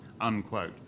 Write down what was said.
unquote